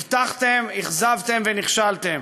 הבטחתם, אכזבתם ונכשלתם.